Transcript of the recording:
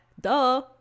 duh